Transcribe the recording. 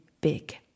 big